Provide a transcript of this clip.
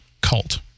cult